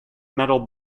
metal